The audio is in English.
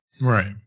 right